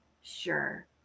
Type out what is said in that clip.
Sure